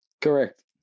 Correct